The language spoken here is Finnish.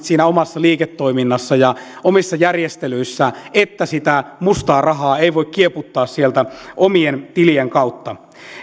siinä omassa liiketoiminnassa ja omissa järjestelyissä että sitä mustaa rahaa ei voi kieputtaa sieltä omien tilien kautta